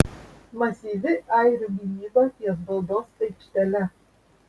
masyvi airių gynyba ties baudos aikštele